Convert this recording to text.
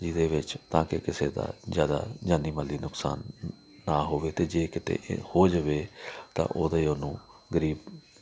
ਜਿਹਦੇ ਵਿੱਚ ਤਾਂ ਕਿ ਕਿਸੇ ਦਾ ਜ਼ਿਆਦਾ ਜਾਨੀ ਮਾਲੀ ਨੁਕਸਾਨ ਨਾ ਹੋਵੇ ਅਤੇ ਜੇ ਕਿਤੇ ਇਹ ਹੋ ਜਾਵੇ ਤਾਂ ਉਹਦੇ ਉਹਨੂੰ ਗਰੀਬ